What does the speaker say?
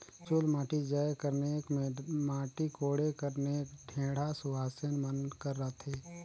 चुलमाटी जाए कर नेग मे माटी कोड़े कर नेग ढेढ़ा सुवासेन मन कर रहथे